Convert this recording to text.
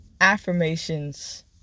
affirmations